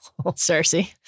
Cersei